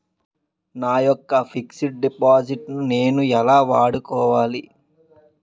నా యెక్క fixed deposit ను నేను ఎలా వాడుకోవాలి?